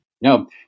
No